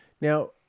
Now